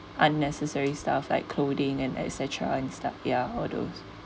unnecessary stuff like clothing and et cetera and stuff ya all those